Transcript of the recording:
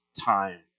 time